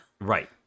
Right